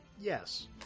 Yes